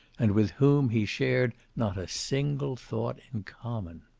and with whom he shared not a single thought in common.